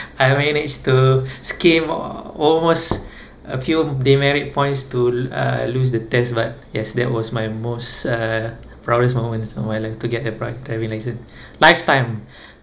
I managed to scam almost a few demerit points to uh lose the test but yes that was my most uh proudest moment of my life to get the pri~ driving license lifetime